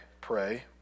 pray